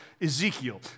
Ezekiel